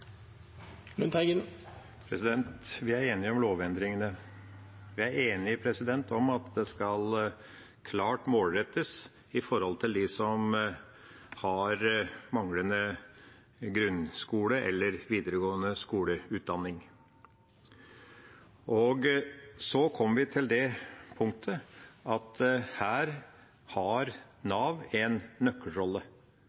Vi er enige om lovendringene. Vi er enige om at det skal klart målrettes mot dem som har manglende grunnskole- eller videregående skole-utdanning. Så kom vi til det punktet at Nav har en nøkkelrolle her. Det er Nav som sitter på dagpengene, det er Nav som har